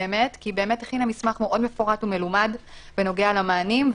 כי היא הכינה מסמך מאוד מפורט ומלומד בנוגע למענים,